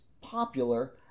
popular